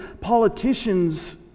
politicians